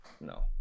no